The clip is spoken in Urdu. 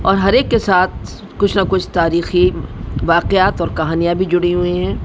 اور ہر ایک کے ساتھ کچھ نہ کچھ تاریخی واقعات اور کہانیاں بھی جڑی ہوئی ہیں